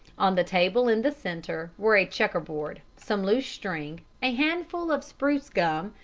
on the table in the centre were a checkerboard, some loose string, a handful of spruce gum,